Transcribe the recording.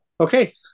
Okay